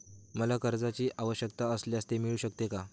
मला कर्जांची आवश्यकता असल्यास ते मिळू शकते का?